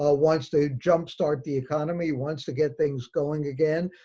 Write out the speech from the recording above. ah wants to jumpstart the economy. wants to get things going again,